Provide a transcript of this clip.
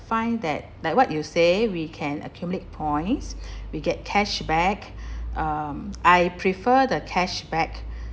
find that like what you say we can accumulate points we get cashback um I prefer the cashback